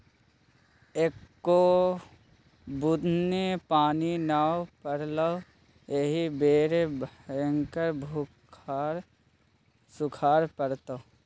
एक्को बुन्न पानि नै पड़लै एहि बेर भयंकर सूखाड़ पड़तै